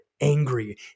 angry